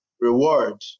reward